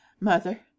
Mother